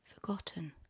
forgotten